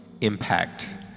impact